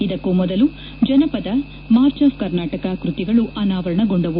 ಇದಕ್ಕೂ ಮೊದಲು ಜನಪದ ಮಾರ್ಚ್ ಆಫ್ ಕರ್ನಾಟಕ ಕೃತಿಗಳು ಅನಾವರಣಗೊಂಡವು